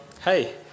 hey